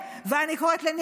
ואני קוראת לאילת שקד,